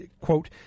quote